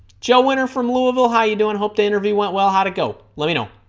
joe winter from louisville how you doing hope the interview went well how'd it go let me know